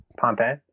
Pompeii